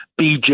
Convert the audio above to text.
BJ